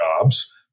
jobs